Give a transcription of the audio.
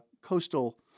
coastal